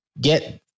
get